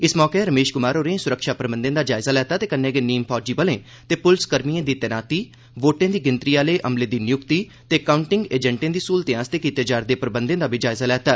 इस मौके रमेश कुमार होरें सुरक्षा प्रबंदे दा जायजा लैता ते कन्नै गै नीम फौजी बलें ते पुलिस कर्मियें दी तैनाती वोटें गी गिनंतरी करने आहले अमले दी नियुक्ति ते कांउटिंग एजेंटे दी स्हूलतें आस्तै कीते जा रदे प्रबंधे दा बी जायजा लैता